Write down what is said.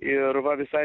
ir va visai